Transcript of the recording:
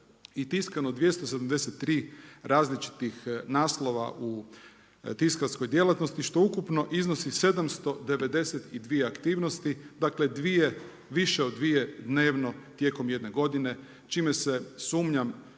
i tiskano 273 različitih naslova u tiskarskoj djelatnosti što ukupno iznosi 792 aktivnosti, dakle više od dvije dnevno tijekom jedne godine čime se sumnjam